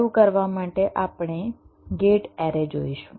શરૂ કરવા માટે આપણે ગેટ એરે જોઈશું